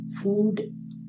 food